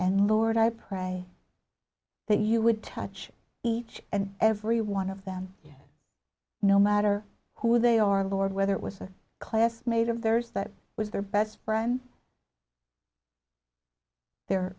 and lord i pray that you would touch each and every one of them no matter who they are lord whether it was a classmate of theirs that was their best friend their